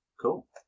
Cool